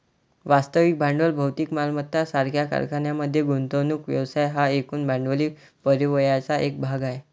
वास्तविक भांडवल भौतिक मालमत्ता सारख्या कारखान्यांमध्ये गुंतवणूक व्यवसाय हा एकूण भांडवली परिव्ययाचा एक भाग आहे